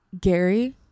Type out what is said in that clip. gary